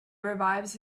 revives